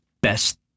best